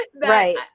right